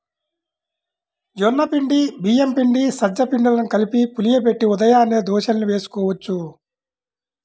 జొన్న పిండి, బియ్యం పిండి, సజ్జ పిండిలను కలిపి పులియబెట్టి ఉదయాన్నే దోశల్ని వేసుకోవచ్చు